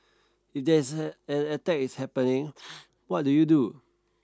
if there's an an attack is happening what do you do